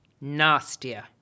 Nastier